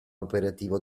operativo